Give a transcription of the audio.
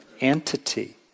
entity